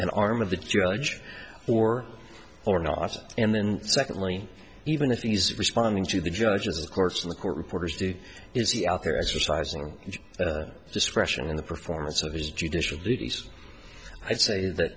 an arm of the judge or or not and then secondly even if he's responding to the judge's of course in the court reporter's duty is he out there exercising discretion in the performance of his judicial duties i say that